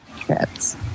trips